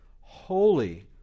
Holy